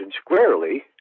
squarely